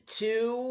two